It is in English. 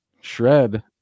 shred